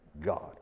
God